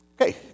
Okay